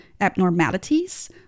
abnormalities